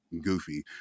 goofy